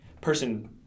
Person